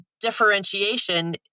differentiation